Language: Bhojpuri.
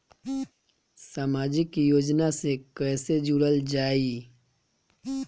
समाजिक योजना से कैसे जुड़ल जाइ?